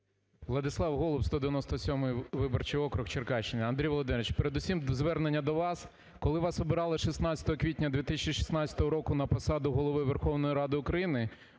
Владислав Голуб, 197 виборчий округ, Черкащина. Андрій Володимирович, передусім звернення до вас, коли вас обирали 16 квітня 2016 року на посаду Голови Верховної Ради України